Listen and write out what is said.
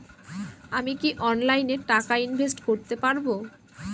আমি কি অনলাইনে টাকা ইনভেস্ট করতে পারবো?